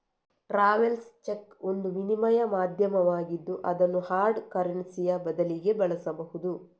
travellers cheque ಒಂದು ವಿನಿಮಯ ಮಾಧ್ಯಮವಾಗಿದ್ದು ಅದನ್ನು ಹಾರ್ಡ್ ಕರೆನ್ಸಿಯ ಬದಲಿಗೆ ಬಳಸಬಹುದು